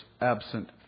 absent